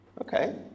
Okay